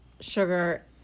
sugar